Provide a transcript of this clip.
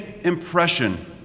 impression